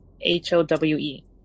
H-O-W-E